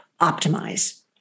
optimize